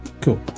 Cool